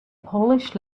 polish